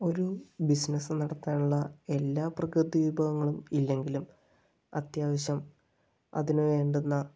ഒരു ബിസിനസ് നടത്താനുള്ള എല്ലാ പ്രകൃതി വിഭവങ്ങളും ഇല്ലെങ്കിലും അത്യാവശ്യം അതിന് വേണ്ടുന്ന